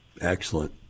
Excellent